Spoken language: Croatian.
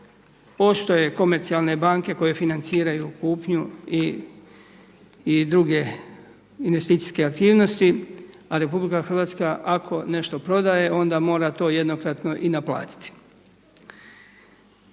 Postoje komercijalne banke koje financiraju kupnju i druge investicijske aktivnosti a RH ako nešto prodaje onda mora to jednokratno i naplatiti.